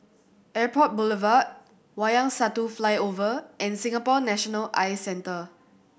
Airport Boulevard Wayang Satu Flyover and Singapore National Eye Centre